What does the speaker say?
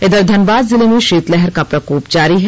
इधर धनबाद जिले में शीतलहर का प्रकोप जारी है